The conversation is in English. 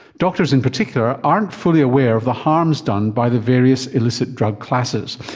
doctors in particular aren't fully aware of the harms done by the various illicit drug classes,